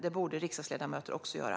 Det borde riksdagsledamöter också göra.